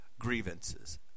grievances